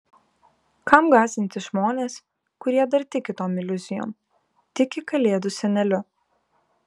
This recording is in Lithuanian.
kam gąsdinti žmones kurie dar tiki tom iliuzijom tiki kalėdų seneliu